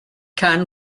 can